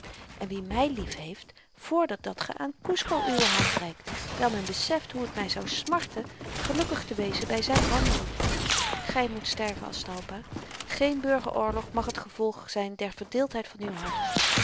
en wie my liefheeft vordert dat ge aan kusco uwe hand reikt wyl men beseft hoe t my zou smarten gelukkig te wezen by zyn wanhoop gy moet sterven aztalpa geen burgeroorlog mag t gevolg zyn der verdeeldheid van uw hart